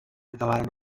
acabaren